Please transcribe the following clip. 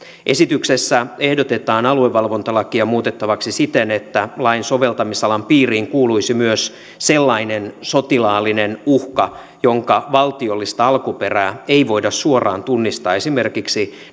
esityksessä ehdotetaan aluevalvontalakia muutettavaksi siten että lain soveltamisalan piiriin kuuluisi myös sellainen sotilaallinen uhka jonka valtiollista alkuperää ei voida suoraan tunnistaa esimerkiksi